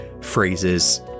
phrases